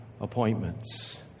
appointments